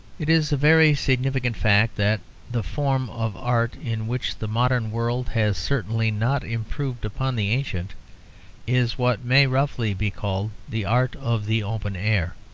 it is a very significant fact that the form of art in which the modern world has certainly not improved upon the ancient is what may roughly be called the art of the open air.